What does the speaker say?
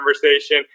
conversation